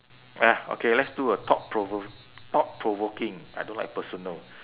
ah okay let's do a thought provo~ thought provoking I don't like personal